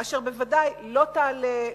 אשר בוודאי לא תעלה,